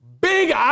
Big